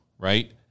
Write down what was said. Right